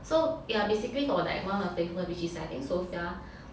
so ya basically for like one of the paper for which I think sofia